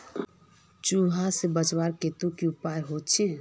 चूहा से बचवार केते की उपाय होचे?